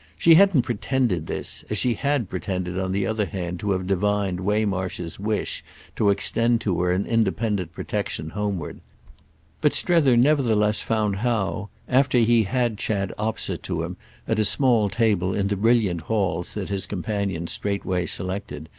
she hadn't pretended this, as she had pretended on the other hand, to have divined waymarsh's wish to extend to her an independent protection homeward but strether nevertheless found how, after he had chad opposite to him at a small table in the brilliant halls that his companion straightway selected,